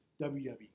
WWE